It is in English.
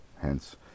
hence